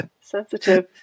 Sensitive